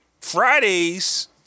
Fridays